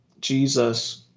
Jesus—